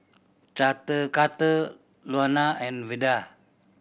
Carter Luana and Veda